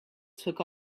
took